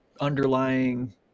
underlying